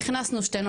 נכנסו שתינו,